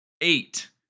eight